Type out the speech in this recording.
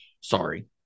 Sorry